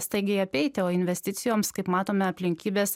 staigiai apeiti o investicijoms kaip matome aplinkybės